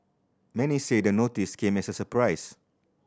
many say the notice came as a surprise